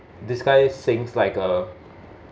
this guy sings like a